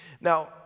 Now